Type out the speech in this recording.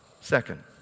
Second